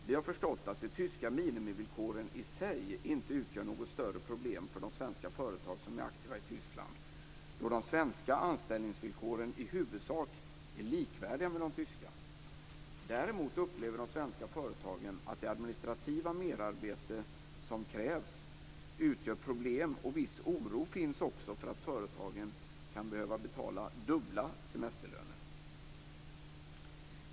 Vi har förstått att de tyska minimivillkoren i sig inte utgör något större problem för de svenska företag som är aktiva i Tyskland då de svenska anställningsvillkoren i huvudsak är likvärdiga med de tyska. Däremot upplever de svenska företagen att det administrativa merarbete som krävs utgör problem, och viss oro finns också för att företagen kan behöva betala dubbla semesterlöner.